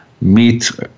meet